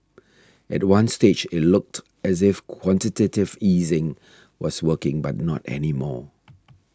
at one stage it looked as if quantitative easing was working but not any more